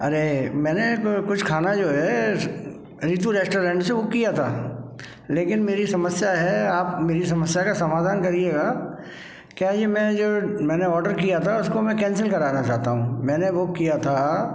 अरे मैंने तो कुछ खाना जो है रितु रेस्टोरेंट से बुक किया था लेकिन मेरी समस्या है आप मेरी समस्या का समाधान करिएगा क्या ये मैं जो मैने आर्डर किया था उसको मैं कैंसिल कराना चाहता हूँ मैंने वो किया था